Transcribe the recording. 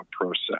process